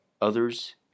others